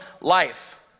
life